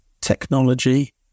technology